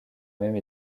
même